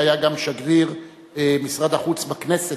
שהיה גם שגריר משרד החוץ בכנסת,